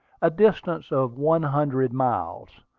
a distance of one hundred miles.